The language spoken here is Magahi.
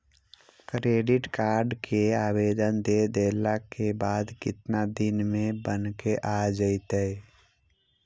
क्रेडिट कार्ड के आवेदन दे देला के बाद केतना दिन में बनके आ जइतै?